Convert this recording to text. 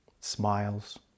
smiles